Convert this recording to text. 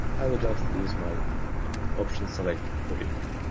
i will just use my option, select the report.